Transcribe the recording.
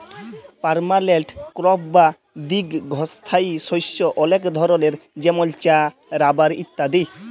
permanent crop বা দীঘ্ঘস্থায়ী শস্য অলেক ধরলের যেমল চাঁ, রাবার ইত্যাদি